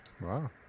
Wow